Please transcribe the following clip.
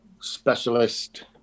specialist